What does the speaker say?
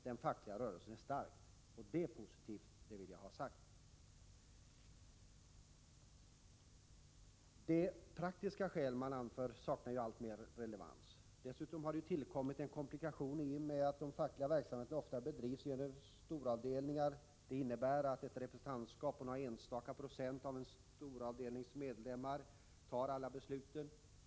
Den fackliga rörelsen är stark — och det är positivt, det vill jag gärna ha sagt. De praktiska skäl man anför saknar alltmer relevans. Dessutom har det uppstått en komplikation i och med att den fackliga verksamheten ofta bedrivs i storavdelningar. Det innebär att ett representantskap på några enstaka procent av en storavdelnings medlemmar fattar alla beslut.